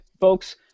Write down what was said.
folks